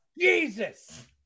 Jesus